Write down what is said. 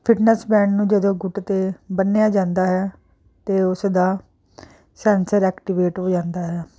fitness band ਨੂੰ ਜਦੋਂ ਗੁਟ 'ਤੇ ਬੰਨਿਆ ਜਾਂਦਾ ਹੈ ਅਤੇ ਉਸ ਦਾ ਸੈਂਸਰ ਐਕਟੀਵੇਟ ਹੋ ਜਾਂਦਾ ਹੈ